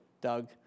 Doug